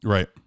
Right